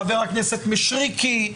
חבר הכנסת מישרקי,